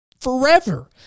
forever